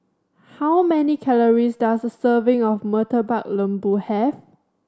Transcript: how many calories does a serving of Murtabak Lembu have